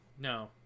No